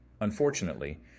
Unfortunately